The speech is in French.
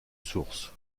source